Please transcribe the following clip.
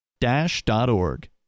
Dash.org